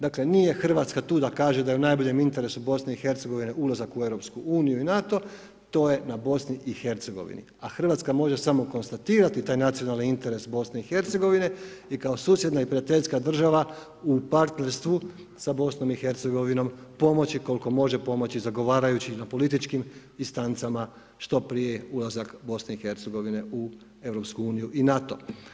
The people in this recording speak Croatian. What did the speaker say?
Dakle nije Hrvatska tu da kaže da je u najboljem interesu BiH ulazak u EU i NATO to je na BiH, a Hrvatska može samo konstatirati taj nacionalni interes BiH i kao susjedna i prijateljska država u partnerstvu sa BIH pomoći, koliko može pomoći, zagovarajući za političkim instancama što prije ulazak BIH u EU i NATO.